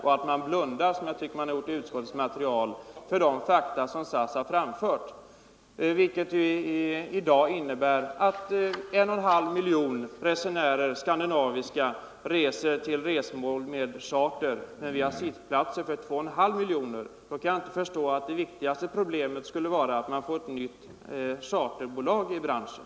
= Och man bör inte blunda - som jag tycker att utskottet gjort — för de Företagsetablering charterflyg, medan vi har sittplatser för 2 miljoner. Jag kan då inte förstå — m.m. att det viktigaste skulle vara att få ett nytt charterbolag i branschen.